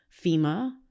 FEMA